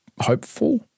hopeful